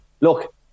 look